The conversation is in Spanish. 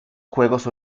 juegos